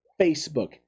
Facebook